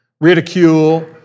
ridicule